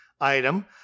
item